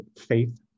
faith